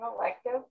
elective